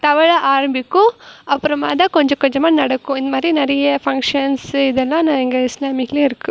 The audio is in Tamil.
தவழ ஆரம்பிக்கும் அப்புறமா தான் கொஞ்சம் கொஞ்சமாக நடக்கும் இந்த மாதிரி நிறைய ஃபங்க்ஷன்ஸு இதெல்லாம் ந எங்கள் இஸ்லாமிக்லையும் இருக்குது